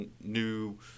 new